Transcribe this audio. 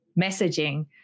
messaging